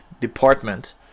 department